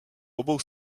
obou